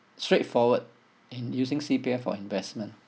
straightforward and using C_P_F for investment